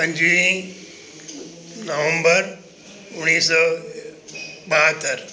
पंजुवीह नवंबर उणिवीह सौ ॿाहतरि